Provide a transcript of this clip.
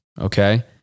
Okay